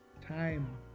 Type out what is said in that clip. time